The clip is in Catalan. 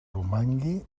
romangui